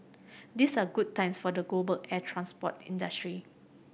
these are good times for the global air transport industry